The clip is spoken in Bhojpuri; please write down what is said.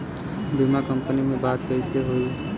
बीमा कंपनी में बात कइसे होई?